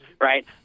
right